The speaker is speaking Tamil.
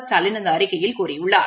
ஸ்டாலின் அந்தஅறிக்கையில் கூறியுள்ளார்